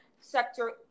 sector